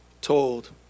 told